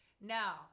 Now